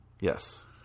Yes